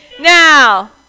Now